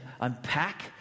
unpack